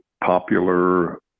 popular